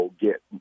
get